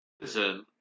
prison